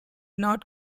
not